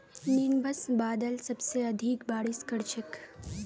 nimbus बादल सबसे अधिक बारिश कर छेक